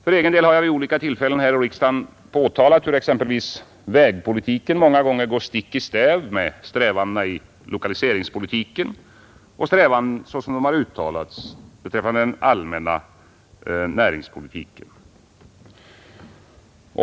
För egen del har jag vid olika tillfällen här i riksdagen påtalat hur exempelvis vägpolitiken många gånger går stick i stäv med strävandena i lokaliseringspolitiken och strävandena, såsom de har uttalats, beträffande den allmänna näringspolitiken.